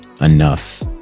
enough